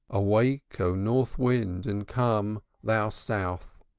awake, o north wind and come, thou south,